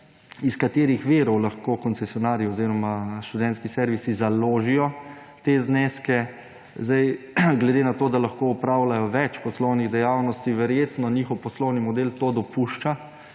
iz katerih virov lahko koncesionarji oziroma študentski servisi založijo te zneske. Glede na to, da lahko opravljajo več poslovnih dejavnosti, verjetno njihov poslovni model to dopušča.